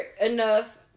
enough